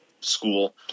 school